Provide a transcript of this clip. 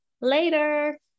later